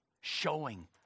showing